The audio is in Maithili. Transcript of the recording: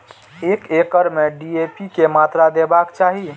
एक एकड़ में डी.ए.पी के मात्रा देबाक चाही?